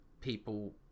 people